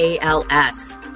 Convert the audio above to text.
ALS